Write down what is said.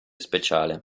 speciale